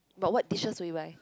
but what dishes would you buy